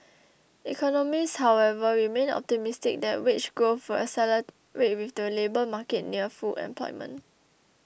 economists however remain optimistic that wage growth will accelerate with the labour market near full employment